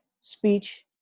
speech